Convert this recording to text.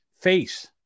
face